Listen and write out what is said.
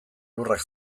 lurrak